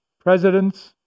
presidents